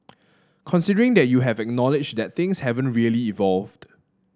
considering that you have acknowledg that things haven't really evolved